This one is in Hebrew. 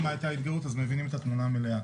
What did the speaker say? את ההתגרות אז מבינים את התמונה המלאה.